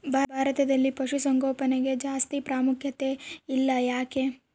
ಭಾರತದಲ್ಲಿ ಪಶುಸಾಂಗೋಪನೆಗೆ ಜಾಸ್ತಿ ಪ್ರಾಮುಖ್ಯತೆ ಇಲ್ಲ ಯಾಕೆ?